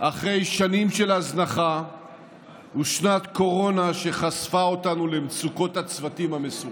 אחרי שנים של הזנחה ושנת קורונה שחשפה אותנו למצוקות הצוותים המסורים,